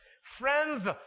Friends